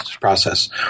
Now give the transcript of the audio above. process